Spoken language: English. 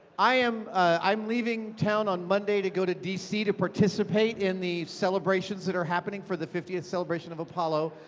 i am leaving leaving town on monday to go to d c. to participate in the celebrations that are happening for the fiftieth celebration of apollo,